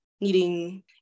needing